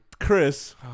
Chris